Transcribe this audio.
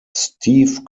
steve